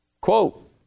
Quote